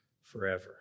forever